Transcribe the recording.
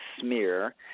smear